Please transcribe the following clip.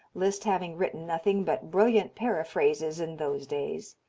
liszt having written nothing but brilliant paraphrases in those days.